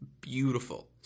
beautiful